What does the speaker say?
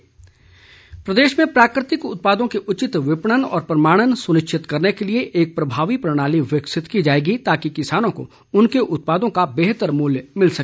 बैठक प्रदेश में प्राकृतिक उत्पादों के उचित विपणन और प्रमाणन सुनिश्चित करने के लिए एक प्रभावी प्रणाली विकसित की जाएगी ताकि किसानों को उनके उत्पादों के बेहतर मुल्य मिल सके